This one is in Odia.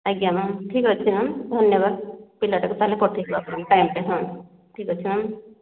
ଆଜ୍ଞା ମ୍ୟାମ୍ ଠିକ ଅଛି ମ୍ୟାମ୍ ଧନ୍ୟବାଦ ପିଲାଟାକୁ ତାହାଲେ ପଠେଇବୁ ଆପଣଙ୍କ ଟାଇମ୍ରେ ହଁ ଠିକ ଅଛି ମ୍ୟାମ୍